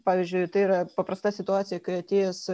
pavyzdžiui tai yra paprasta situacija kai atėjęs